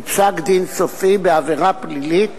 בפסק-דין סופי בעבירה פלילית,